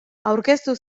aurkeztu